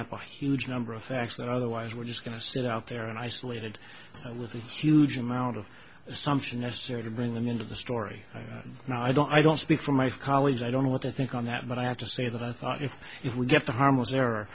a huge number of facts that otherwise we're just going to sit out there and isolated a little huge amount of assumption necessary to bring them into the story and i don't i don't speak for my colleagues i don't know what i think on that but i have to say that i thought if we get the harmless er